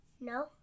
No